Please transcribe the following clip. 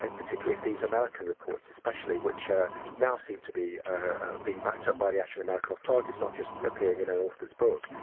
and particularly if these american reports especially, which which now seem to be being backed up by the actual american authorities not just appearing, you know, off this book,